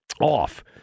off